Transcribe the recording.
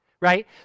right